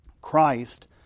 Christ